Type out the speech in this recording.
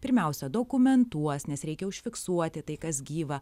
pirmiausia dokumentuos nes reikia užfiksuoti tai kas gyva